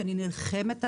שאני נלחמת עליו,